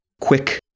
quick